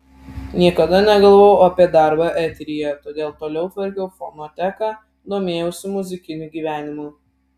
niekada negalvojau apie darbą eteryje todėl toliau tvarkiau fonoteką domėjausi muzikiniu gyvenimu